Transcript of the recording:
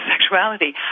sexuality